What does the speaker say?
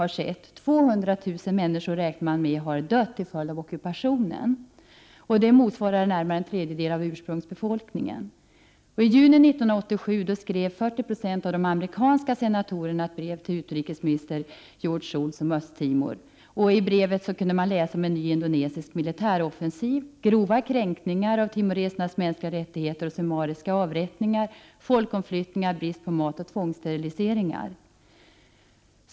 Man räknar med att 200 000 människor har dött till följd av ockupationen. Det motsvarar närmare en tredjedel av ursprungsbefolkningen. I juni 1987 skrev 40 96 av de amerikanska senatorerna ett brev om Östtimor till utrikesminister George Shultz. I brevet kunde man läsa om en ny indonesisk militär offensiv, grova kränkningar av timoresernas mänskliga rättigheter, summariska avrättningar, folkomflyttningar, matbrist och tvångssteriliseringar.